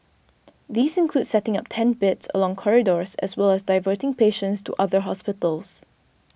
these include setting up tent beds along corridors as well as diverting patients to other hospitals